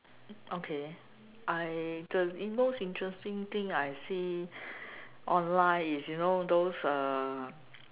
okay I the most interesting thing I see online is you know those uh